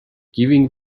giving